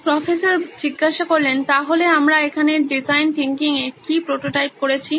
professor তাহলে আমরা এখানে ডিজাইন থিংকিং এ কি প্রোটোটাইপ করেছি